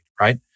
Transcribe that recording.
right